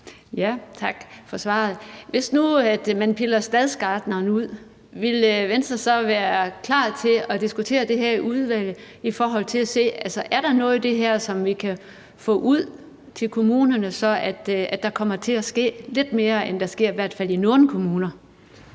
Tak for svaret. Hvis nu man pillede stadsgartneren ud af forslaget, ville Venstre så være klar til at diskutere det her i udvalget, i forhold til at se om der er noget i det her, som vi kan få ud til kommunerne, så der kommer til at ske lidt mere, end der sker i hvert fald i nogle kommuner?